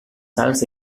salts